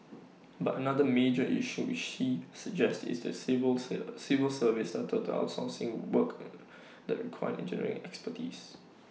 but another major issue she suggests is the civil civil service started outsourcing work and that required engineering expertise